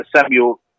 Samuel